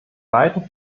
beiden